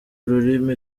ururimi